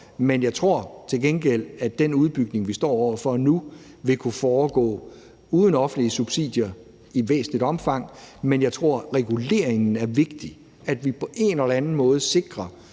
men jeg tror til gengæld, at den udbygning, vi står over for nu, i væsentligt omfang vil kunne foregå uden offentlige subsidier. Jeg tror, at reguleringen er vigtig, altså at vi på en eller anden måde sikrer,